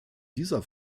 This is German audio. dieser